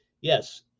yes